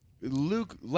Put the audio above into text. Luke